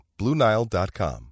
BlueNile.com